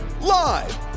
live